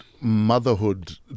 motherhood